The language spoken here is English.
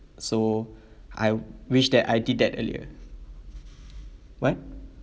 so I wish that I did that earlier what